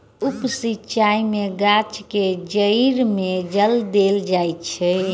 उप सिचाई में गाछ के जइड़ में जल देल जाइत अछि